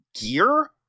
gear